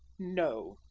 no,